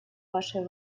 вашей